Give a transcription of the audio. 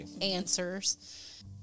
answers